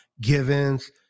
Givens